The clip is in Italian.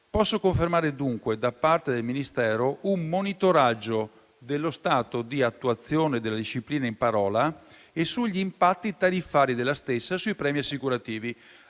posso confermare dunque da parte del Ministero un monitoraggio dello stato di attuazione della disciplina in parola e sugli impatti tariffari della stessa sui premi assicurativi,